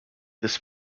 this